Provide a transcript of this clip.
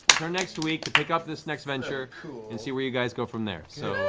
next week to pick up this next venture and see where you guys go from there. so,